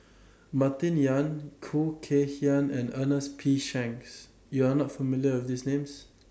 Martin Yan Khoo Kay Hian and Ernest P Shanks YOU Are not familiar with These Names